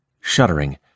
Shuddering